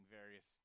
various